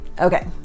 Okay